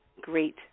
great